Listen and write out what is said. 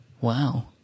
Wow